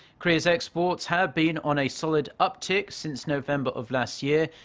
korea's exports have been on a solid uptick since november of last year.